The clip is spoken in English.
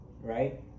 right